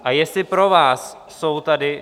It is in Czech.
A jestli pro vás jsou tady...